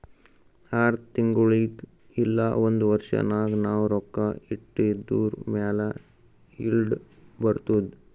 R ತಿಂಗುಳಿಗ್ ಇಲ್ಲ ಒಂದ್ ವರ್ಷ ನಾಗ್ ನಾವ್ ರೊಕ್ಕಾ ಇಟ್ಟಿದುರ್ ಮ್ಯಾಲ ಈಲ್ಡ್ ಬರ್ತುದ್